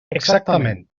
exactament